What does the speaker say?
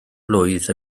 blwydd